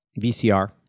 VCR